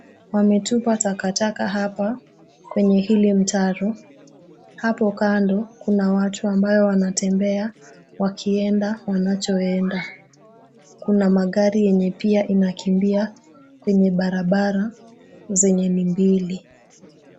Wametupa takataka hapa kwenye hili mtaro. Hapo kando, kuna watu ambaye anatembea wakienda wanachoenda. Kuna magari yenye pia inakimbia kwenye barabara zenye ni mbili.